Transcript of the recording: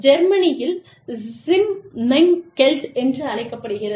ஜெர்மனியில் சிம்மெங்கெல்ட் என்று அழைக்கப்படுகிறது